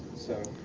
so,